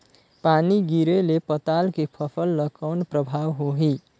पानी गिरे ले पताल के फसल ल कौन प्रभाव होही?